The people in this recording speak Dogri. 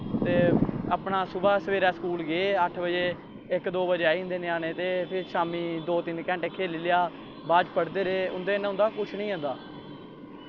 ते अपने सुबह सवेरै स्कूल गे अट्ठ बज़े इक दो बज़े आई जंदे ञ्यानें ते फ्ही शामीं दो तिन्न घैंटे खेल्ली लेआ बाद च पढ़दे रेह् उं'दे नै बंदे दा किश निं जंदा